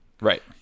Right